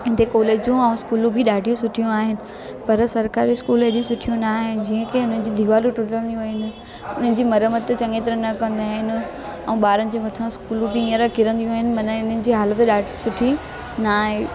इते कॉलेजूं ऐं स्कूलूं बि ॾाढियूं सुठियूं आहिनि पर सरकारी स्कूल एॾी सुठियूं न आहिनि जीअं की उन जी दीवारूं टुटंदियूं वियूं आहिनि उन जी मरमत चङी तरह न कंदा आहिनि ऐं ॿारनि जे मथां स्कूलूं बि हींअर किरंदियूं आहिनि माना इन जी हालति ॾाढी सुठी न आहे